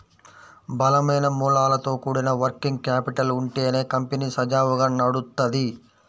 బలమైన మూలాలతో కూడిన వర్కింగ్ క్యాపిటల్ ఉంటేనే కంపెనీ సజావుగా నడుత్తది